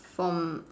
from